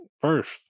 first